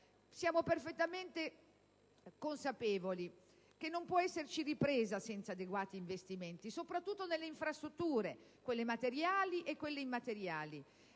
Siamo perfettamente consapevoli che non può esserci ripresa senza adeguati investimenti, soprattutto nelle infrastrutture, quelle materiali e quelle immateriali,